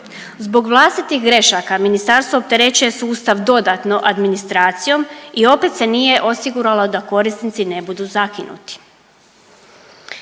Zbog vlastitih grešaka ministarstvo opterećuje sustav dodatno administracijom i opet se nije osiguralo da korisnici ne budu zakinuti.